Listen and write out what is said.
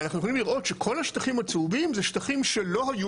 אנחנו יכולים לראות שכל השטחים הצהובים זה שטחים שלא היו